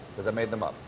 because i made them up.